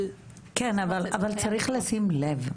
כן, אבל צריך לשים לב.